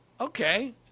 okay